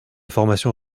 formation